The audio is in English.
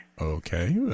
Okay